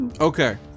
Okay